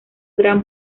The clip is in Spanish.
gran